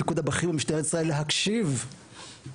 לפיקוד הבכיר במשטרת ישראל להקשיב לטענות.